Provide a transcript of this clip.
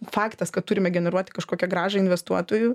faktas kad turime generuoti kažkokią grąžą investuotojų